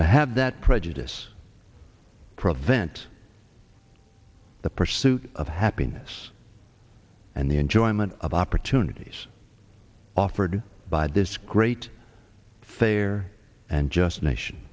to have that prejudice prevent the pursuit of happiness and the enjoyment of opportunities offered by this great fair and just nation